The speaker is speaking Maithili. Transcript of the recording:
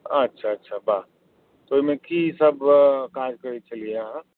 अच्छा अच्छा वाह तऽ ओहिमे की सब काज करै छलिए अहाँ